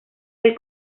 del